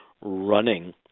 running